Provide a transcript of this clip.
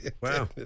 Wow